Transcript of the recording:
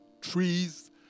trees